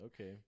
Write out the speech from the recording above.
okay